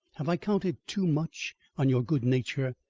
have i counted too much on your good-nature?